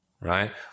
right